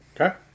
Okay